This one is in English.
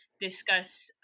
discuss